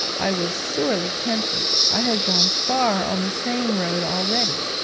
i was sorely tempted, i had gone far on the same road already,